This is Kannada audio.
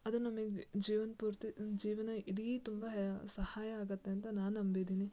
ಅದು ನಮಗ್ ಜೀವನ ಪೂರ್ತಿ ಜೀವನ ಇಡೀ ತುಂಬ ಹ ಸಹಾಯ ಆಗುತ್ತೆ ಅಂತ ನಾನು ನಂಬಿದೀನಿ